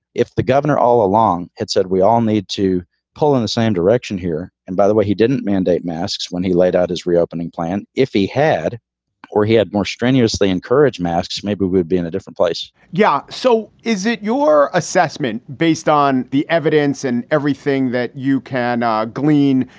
if the governor all along had said we all need to pull in the same direction here. and by the way, he didn't mandate masks when he laid out his reopening plan. if he had or he had more strenuously encourage masks, maybe we'd be in a different place yeah. so is it your assessment based on the evidence and everything that you can ah glean,